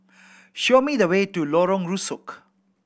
show me the way to Lorong Rusuk